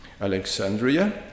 Alexandria